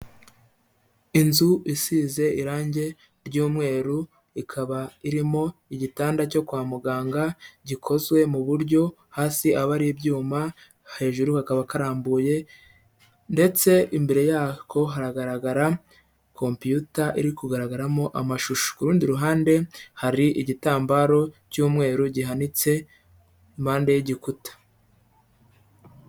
Inzu isize irange ry'umweru, ikaba irimo igitanda cyo kwa muganga, gikozwe mu buryo hasi aba ari ibyuma, hejuru kakaba karambuye; ndetse imbere yako hagaragara computer iri kugaragaramo amashusho. Ku rundi ruhande hari igitambaro cy'umweru, gihanitse impande y'igikuta.